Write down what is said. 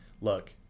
look